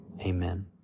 amen